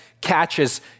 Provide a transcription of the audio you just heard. catches